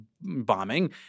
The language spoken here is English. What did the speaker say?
bombing